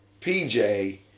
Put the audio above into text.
PJ